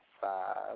five